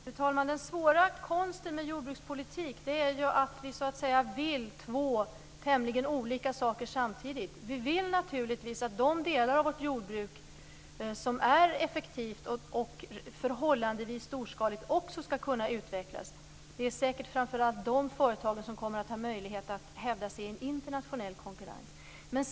Fru talman! Den svåra konsten med jordbrukspolitik är att vi vill två tämligen olika saker samtidigt. Vi vill naturligtvis att de delar av vårt jordbruk som är effektiva och förhållandevis storskaliga också skall kunna utvecklas. Det är säkert framför allt de företagen som kommer att ha möjlighet att hävda sig i en internationell konkurrens.